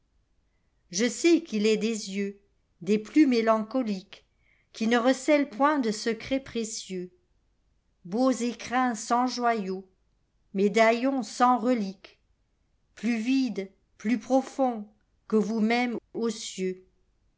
je sais qu'il est des yeux des plus mélancoliques qui ne recèlent point de secrets précieux beaux écrins sans joyaux médaillons sans reliques plus vides plus profonds que vous-mêmes ô cieuxf